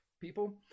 people